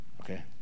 okay